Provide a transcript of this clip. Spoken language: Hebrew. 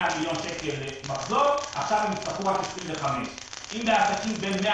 מיליון שקל מחזור עכשיו הם יצרכו רק 25. אם בעסקים בין 100